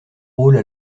rôles